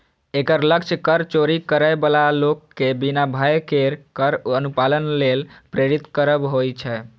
एकर लक्ष्य कर चोरी करै बला लोक कें बिना भय केर कर अनुपालन लेल प्रेरित करब होइ छै